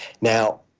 Now